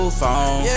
phone